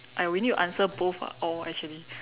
!aiya! we need to answer both ah all actually